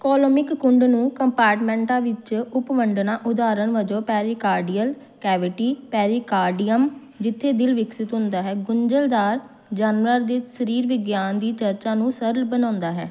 coelomic ਕੁੰਡ ਨੂੰ ਕੰਪਾਰਟਮੈਂਟਾਂ ਵਿੱਚ ਉਪ ਵੰਡਣਾ ਉਦਾਹਰਣ ਵਜੋਂ ਪੈਰੀਕਾਰਡੀਅਲ ਕੈਵਿਟੀ ਪੈਰੀਕਾਰਡੀਅਮ ਜਿੱਥੇ ਦਿਲ ਵਿਕਸਿਤ ਹੁੰਦਾ ਹੈ ਗੁੰਝਲਦਾਰ ਜਾਨਵਰਾਂ ਦੇ ਸਰੀਰ ਵਿਗਿਆਨ ਦੀ ਚਰਚਾ ਨੂੰ ਸਰਲ ਬਣਾਉਂਦਾ ਹੈ